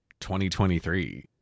2023